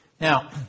Now